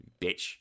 Bitch